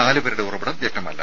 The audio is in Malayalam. നാലുപേരുടെ ഉറവിടം വ്യക്തമല്ല